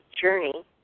journey